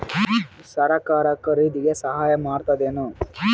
ಸರಕಾರ ಖರೀದಿಗೆ ಸಹಾಯ ಮಾಡ್ತದೇನು?